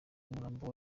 umurambo